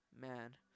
Man